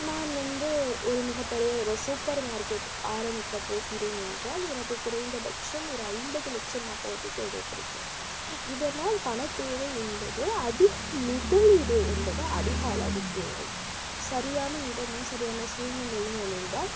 நான் வந்து ஒரு மிகப்பெரிய ஒரு சூப்பர் மார்க்கெட் ஆரமிக்க போகிறேன் என்றால் எனக்கு குறைந்த பட்சம் ஒரு ஐம்பது லட்சமாவது தேவைப்படுகிறது இதனால் பணத்தேவை என்பது அதிகம் முதலீடு என்பது அதிக அளவில் தேவை சரியான இடமும் சரியான சூழ்நிலையும் அமைந்தால்